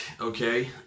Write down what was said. Okay